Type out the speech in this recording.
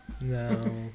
No